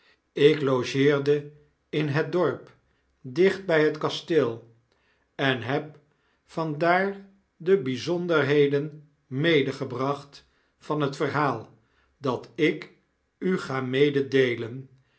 ik ogeerde in het dorp dicht bg het kasteel en heb jvan daar de bjjzonderheden medegebracht van lliet verhaal dat ik u ga mededeelen